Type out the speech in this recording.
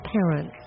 parents